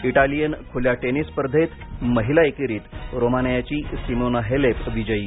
Italian खुल्या tennis स्पर्धेत महिला एकेरीत रोमानियाची सिमोना हलेप विजयी